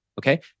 okay